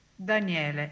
Daniele